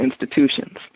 institutions